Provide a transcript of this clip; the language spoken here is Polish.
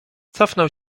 cofnął